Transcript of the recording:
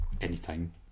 anytime